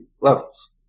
levels